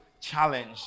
Challenge